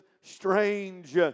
strange